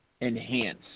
enhance